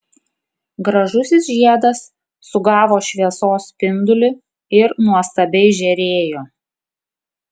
gražusis žiedas sugavo šviesos spindulį ir nuostabiai žėrėjo